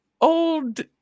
old